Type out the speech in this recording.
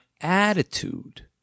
attitude